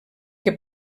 que